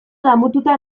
damututa